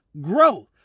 growth